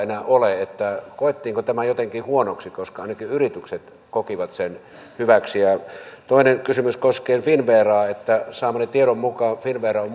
enää ole koettiinko tämä jotenkin huonoksi ainakin yritykset kokivat sen hyväksi ja toinen kysymys koskee finnveraa saamani tiedon mukaan finnvera on